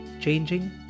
changing